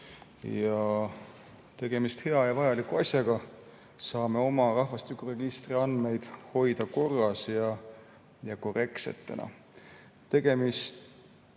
Tegemist hea ja vajaliku asjaga, saame oma rahvastikuregistri andmeid hoida korras ja korrektsena.